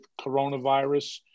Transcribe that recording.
coronavirus